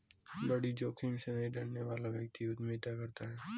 बड़ी जोखिम से नहीं डरने वाला व्यक्ति ही उद्यमिता करता है